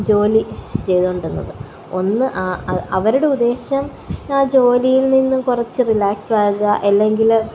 ജോലി ചെയ്തുകൊണ്ടിരുന്നത് ഒന്ന് അവരുടെ ഉദ്ദേശം ആ ജോലിയില് നിന്നും കുറച്ച് റിലാക്സ് ആകുക അല്ലെങ്കില്